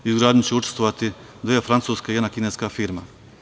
U izgradnji će učestvovati dve francuske i jedna kineska firma.